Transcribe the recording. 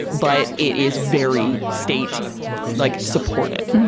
but it is very state like support it.